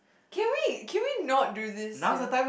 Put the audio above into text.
can we can we not do this here